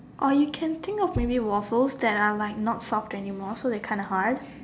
or you can think of maybe waffles that are like not soft anymore so there are kinda hard